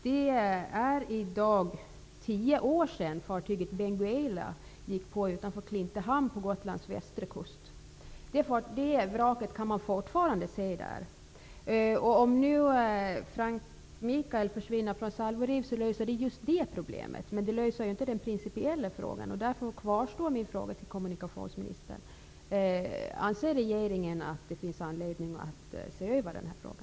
Det är i dag tio år sedan fartyget Benguela gick på grund utanför Klintehamn på Gotlands västra kust. Det vraket kan man fortfarande se. Om nu Frank Michael försvinner från Salvorev, löses just det problemet. Men det löser inte det principiella problemet. Därför kvarstår min fråga till kommunikationsministern: Anser regeringen att det finns anledning att se över denna fråga?